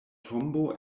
tombo